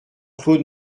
claude